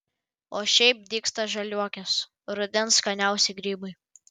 o šiaip dygsta žaliuokės rudens skaniausi grybai